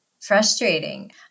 frustrating